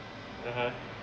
(uh huh)